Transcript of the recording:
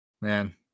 Man